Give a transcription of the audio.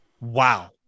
Wow